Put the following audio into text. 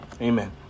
amen